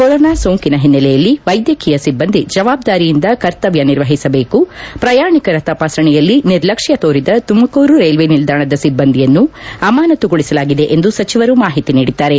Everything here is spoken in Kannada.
ಕೊರೊನಾ ಸೋಂಕಿನ ಹಿನ್ನೆಲೆಯಲ್ಲಿ ವೈದ್ಯಕೀಯ ಸಿಬ್ಬಂದಿ ಜವಾಬ್ದಾರಿಯಿಂದ ಕರ್ತವ್ಯ ನಿರ್ವಹಿಸಬೇಕು ಪ್ರಯಾಣಿಕರ ತಪಾಸಣೆಯಲ್ಲಿ ನಿರ್ಲಕ್ಷ್ಯ ತೋರಿದ ತುಮಕೂರು ರೈಲ್ವೆ ನಿಲ್ದಾಣದ ಸಿಬ್ಬಂದಿಯನ್ನು ಅಮಾನತುಗೊಳಿಸಲಾಗಿದೆ ಎಂದು ಸಚಿವರು ಮಾಹಿತಿ ನೀಡಿದ್ದಾರೆ